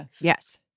Yes